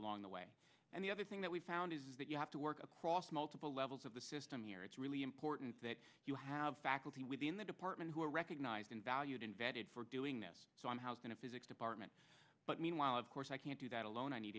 along the way and the other thing that we've found is that you have to work across multiple levels of the system here it's really important that you have faculty within the department who are recognised and valued invented for doing this so i'm how can a physics department but meanwhile of course i can't do that alone i need